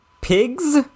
pigs